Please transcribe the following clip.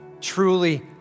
truly